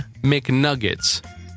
McNuggets